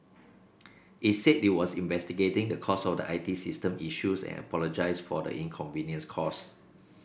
it said it was investigating the cause of the I T system issues and apologised for the inconvenience cause